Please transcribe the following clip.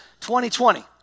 2020